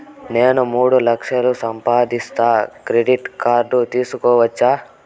నేను మూడు లక్షలు సంపాదిస్తే క్రెడిట్ కార్డు తీసుకోవచ్చా?